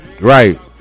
right